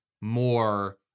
more